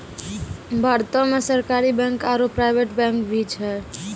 भारतो मे सरकारी बैंक आरो प्राइवेट बैंक भी छै